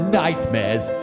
nightmares